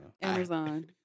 Amazon